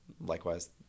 likewise